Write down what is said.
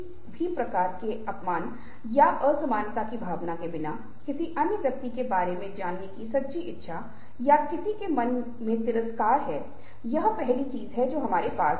दूसरा एक जापानी तरीके से संवाद स्थापित करने का एक उदाहरण है जहाँ आप देखते हैं कि पहला व्यक्ति यह बोलता है और दूसरा व्यक्ति एक ठहराव के बाद बोलता है और यहाँ एक मौन हिस्सा है